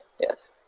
yes